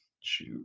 Shoot